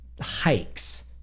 hikes